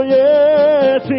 yes